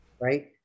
Right